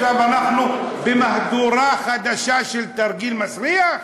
עכשיו אנחנו במהדורה חדשה של תרגיל מסריח.